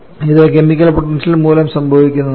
ഇത് chemical potential മൂലം സംഭവിക്കുന്നതാണ്